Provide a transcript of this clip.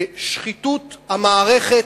ושחיתות המערכת,